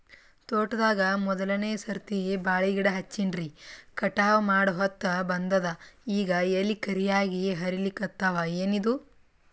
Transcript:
ತೋಟದಾಗ ಮೋದಲನೆ ಸರ್ತಿ ಬಾಳಿ ಗಿಡ ಹಚ್ಚಿನ್ರಿ, ಕಟಾವ ಮಾಡಹೊತ್ತ ಬಂದದ ಈಗ ಎಲಿ ಕರಿಯಾಗಿ ಹರಿಲಿಕತ್ತಾವ, ಏನಿದು?